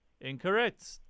Incorrect